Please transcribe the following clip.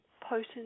potent